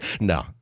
No